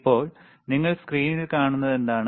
ഇപ്പോൾ നിങ്ങൾ സ്ക്രീനിൽ കാണുന്നതെന്താണ്